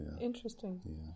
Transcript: interesting